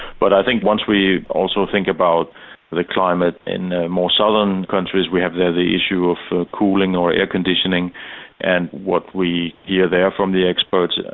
but i think once we also think about the climate in the more southern countries, we have there the issue of cooling or air-conditioning and what we hear there from the experts,